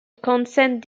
consent